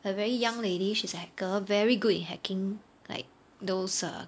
a very young lady she's a hacker very good in hacking like those uh